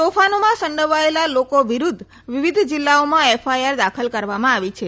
તફાનોમાં સંડીવાયેલા લોકો વિરુધ્ધ વિવિધ જીલ્લાઓમાં એફઆઇઆર દાખલ કરવામાં આવી છે